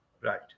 Right